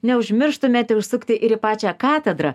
neužmirštumėte užsukti ir į pačią katedrą